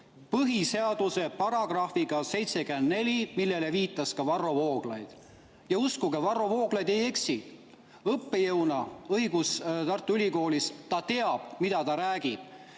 põhiseaduse §-ga 74, millele viitas ka Varro Vooglaid. Ja uskuge, Varro Vooglaid ei eksi, õiguse õppejõuna Tartu Ülikoolis ta teab, mida ta räägib. Ja